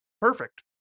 Perfect